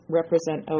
represent